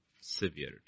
severity